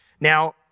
Now